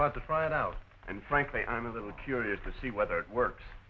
about to find out and frankly i'm a little curious to see whether it works